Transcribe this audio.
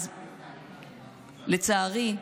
אז לצערי,